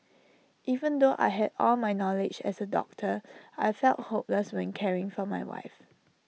even though I had all my knowledge as A doctor I felt hopeless when caring for my wife